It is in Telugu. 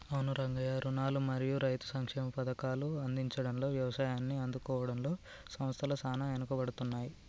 అవును రంగయ్య రుణాలు మరియు రైతు సంక్షేమ పథకాల అందించుడులో యవసాయాన్ని ఆదుకోవడంలో సంస్థల సాన ఎనుకబడుతున్నాయి